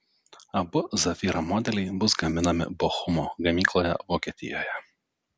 abu zafira modeliai bus gaminami bochumo gamykloje vokietijoje